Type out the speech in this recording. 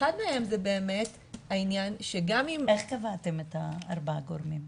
שאחד מהם זה באמת העניין שגם אם --- איך קבעתם את ארבעה הגורמים?